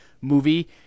movie